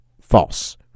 false